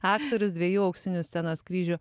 aktorius dviejų auksinių scenos kryžių